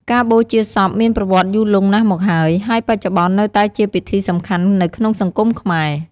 ការបូជាសពមានប្រវត្តិយូរលង់ណាស់មកហើយ ហើយបច្ចុប្បន្ននៅតែជាពិធីសំខាន់នៅក្នុងសង្គមខ្មែរ។